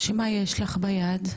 שמה יש לך ביד?